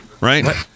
right